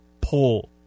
pull